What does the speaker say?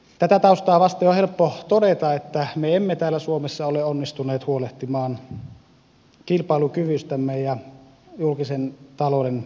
tätä taustaa vasten on helppo todeta että me emme täällä suomessa ole onnistuneet huolehtimaan kilpailukyvystämme ja julkisen talouden hoidosta